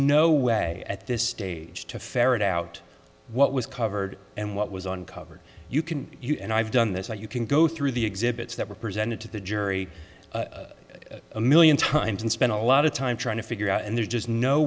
no way at this stage to ferret out what was covered and what was uncovered you can you and i've done this and you can go through the exhibits that were presented to the jury a million times and spent a lot of time trying to figure out and there's just no